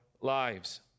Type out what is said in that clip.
lives